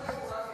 חיו רק אלים,